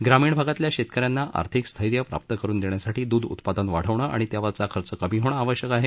ग्रामीण भागातल्या शेतकऱ्यांना आर्थिक स्थैर्य प्राप्त करुन देण्यासाठी दृध उत्पादन वाढवणं आणि त्यावरचा खर्च कमी होणं आवश्यक आहे